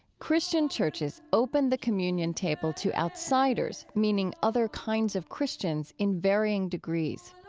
christian churches open the communion table to outsiders, meaning other kinds of christians, in varying degrees.